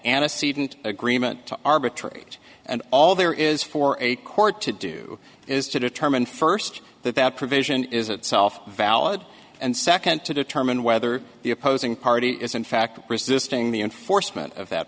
antecedent agreement to arbitrate and all there is for a court to do is to determine first that that provision is itself valid and second to determine whether the opposing party is in fact resisting the enforcement of that